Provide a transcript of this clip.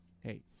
hey